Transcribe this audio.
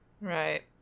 Right